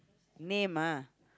name ah